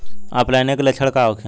ऑफलाइनके लक्षण का होखे?